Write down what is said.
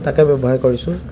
তাকে ব্যৱসায় কৰিছোঁ